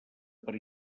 per